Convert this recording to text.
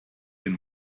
den